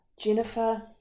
Jennifer